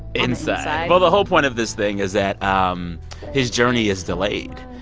inside well, the whole point of this thing is that um his journey is delayed.